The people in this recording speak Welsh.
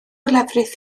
lefrith